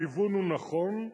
הכיוון הוא נכון.